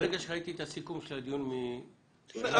ברגע שראיתי את הסיכום של הדיון משנה שעברה,